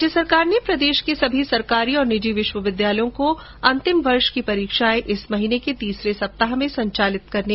राज्य सरकार ने प्रदेश के सभी सरकारी और निजी विश्वविद्यालयों को अंतिम वर्ष की परीक्षाएं इसी महीने के तीसरे सप्ताह में संचालित करने का निर्देश दिया है